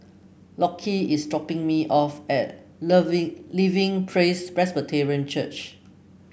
Lockie is dropping me off at Loving Living Praise Presbyterian Church